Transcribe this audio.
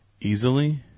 easily